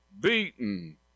beaten